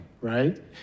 right